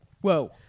whoa